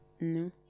No